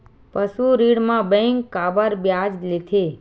पशु ऋण म बैंक काबर ब्याज लेथे?